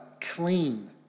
clean